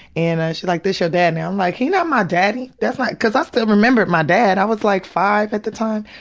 and she's like this your dad now. i'm like, he's not my daddy, that's not. cause i still remembered my dad, i was like five at the time,